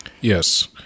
Yes